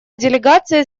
делегация